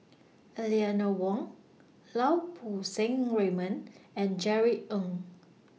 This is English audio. Eleanor Wong Lau Poo Seng Raymond and Jerry Ng